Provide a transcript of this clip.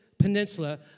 Peninsula